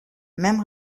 même